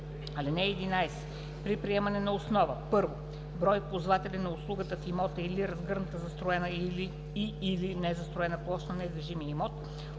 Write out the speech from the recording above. (11) При приемане на основа: 1. „брой ползватели на услугата в имота“ или „разгъната застроена и/или незастроена площ на недвижимия имот“